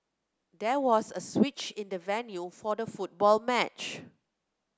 there was a switch in the venue for the football match